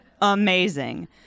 amazing